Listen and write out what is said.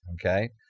okay